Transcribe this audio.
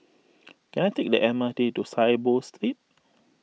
can I take the M R T to Saiboo Street